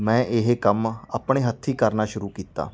ਮੈਂ ਇਹ ਕੰਮ ਆਪਣੇ ਹੱਥੀਂ ਕਰਨਾ ਸ਼ੁਰੂ ਕੀਤਾ